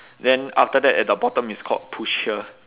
then after that at the bottom it's called push here